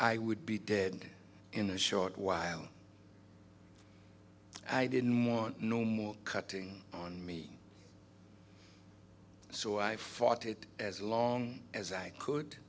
i would be dead in a short while and i didn't want no more cutting on me so i fought it as long as i could